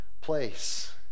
place